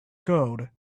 gold